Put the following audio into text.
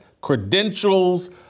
credentials